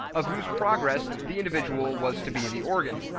of whose progress the individual was to be the organ.